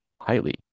highly